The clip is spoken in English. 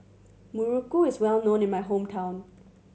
muruku is well known in my hometown